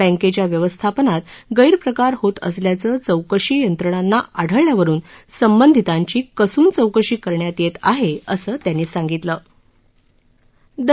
बँकेच्या व्यवस्थापनात गैरप्रकार होत असल्याचं चौकशी यंत्रणांना आढळल्यावरुन संबंधितांची कसून चौकशी करण्यात येत आहे असं त्यांनी सांगितलीं